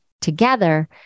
together